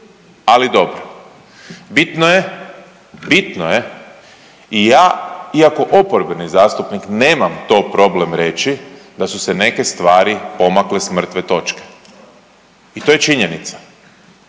ali dobro. Bitno je, bitno je i ja iako oporbeni zastupnik nemam to problem reći da su se neke stvari pomakle s mrtve točke i to je činjenica.